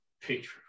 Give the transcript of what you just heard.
picture